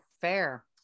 fair